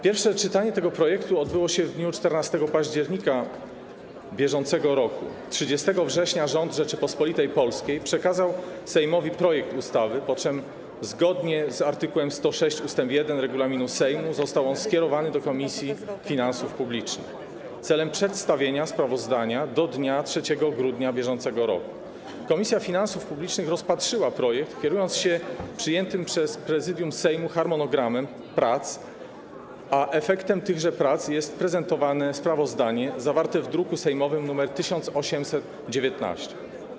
Pierwsze czytanie tego projektu odbyło się w dniu 14 października br. 30 września rząd Rzeczypospolitej Polskiej przekazał Sejmowi projekt ustawy, po czym, zgodnie z art. 106 ust. 1 regulaminu Sejmu, został on skierowany do Komisji Finansów Publicznych celem przedstawienia sprawozdania do dnia 3 grudnia br. Komisja Finansów Publicznych rozpatrzyła projekt, kierując się przyjętym przez Prezydium Sejmu harmonogramem prac, a efektem tychże prac jest prezentowane sprawozdanie zawarte w druku sejmowym nr 1819.